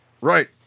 Right